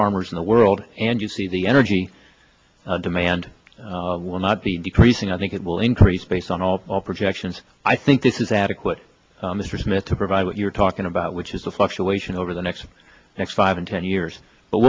farmers in the world and you see the energy demand will not be decreasing i think it will increase based on all projections i think this is adequate mr smith to provide what you're talking about which is a fluctuation over the next next five and ten years but